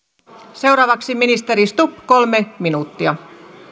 seuraavaksi ministeri stubb kolme minuuttia